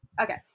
okay